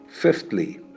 Fifthly